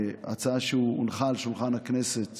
הצעה שהונחה על שולחן הכנסת